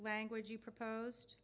language you proposed